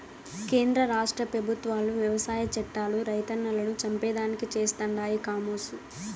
కేంద్ర రాష్ట్ర పెబుత్వాలు వ్యవసాయ చట్టాలు రైతన్నలను చంపేదానికి చేస్తండాయి కామోసు